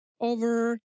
over